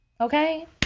okay